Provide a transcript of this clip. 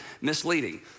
misleading